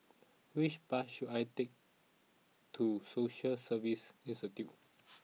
which bus should I take to Social Service Institute